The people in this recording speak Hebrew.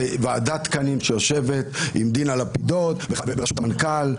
זו ועדת תקנים שיושבת עם דינה לפידות בראשות המנכ"ל,